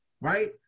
Right